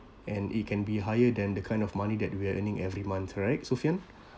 and it can be higher than the kind of money that we are earning every month right sophian